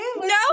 no